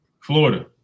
Florida